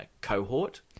cohort